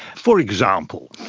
for example,